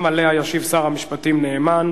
גם עליה ישיב שר המשפטים נאמן,